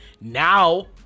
now